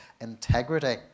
integrity